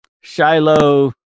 Shiloh